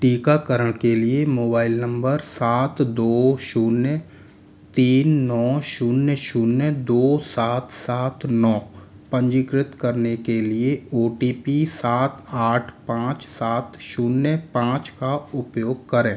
टीकाकरण के लिए मोबाइल नंबर सात दो शून्य तीन नौ शून्य शून्य दो सात सात नौ पंजीकृत करने के लिए ओटीपी सात आठ पाँच सात शून्य पाँच का उपयोग करें